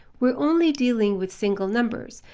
we're only dealing with single numbers,